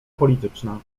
polityczna